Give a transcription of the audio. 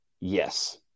Yes